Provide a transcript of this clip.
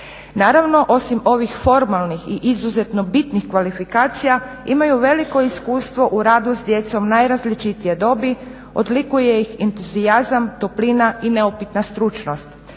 Naravno, osim ovih formalnih i izuzetno bitnih kvalifikacija imaju veliko iskustvo u radu s djecom najrazličitije dobi odlikuje ih entuzijazam, toplina i neupitna stručnost.